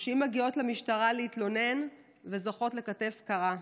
נשים מגיעות למשטרה להתלונן וזוכות לכתף קרה.